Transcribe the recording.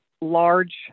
large